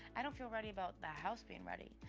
i don't feel ready about the house being ready.